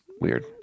weird